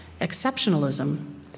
exceptionalism